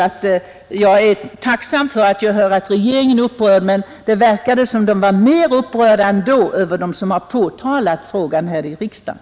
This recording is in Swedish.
Jag är tacksam för att höra att regeringen är upprörd, även om det verkar som om den är mer upprörd över dem som har påtalat frågan här i riksdagen.